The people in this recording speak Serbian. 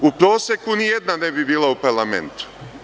U proseku nijedna ne bi bila u parlamentu.